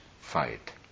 fight